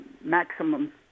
maximum